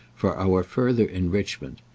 for our further enrichment.